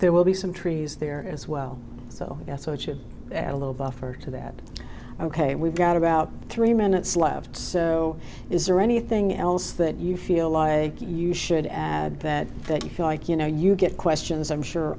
there will be some trees there as well so that's what you add a little buffer to that ok we've got about three minutes left so is there anything else that you feel like you should add that you feel like you know you get questions i'm sure